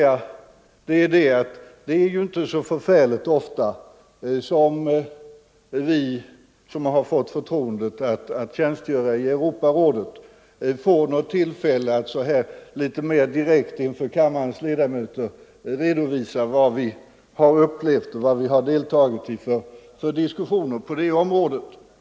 Det är inte så förfärligt ofta som vi som har förtroendet att tjänstgöra i Europarådet får tillfälle att mera direkt inför kammarens ledamöter redovisa vad vi är med om och vilka diskussioner vi deltagit i.